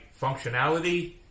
functionality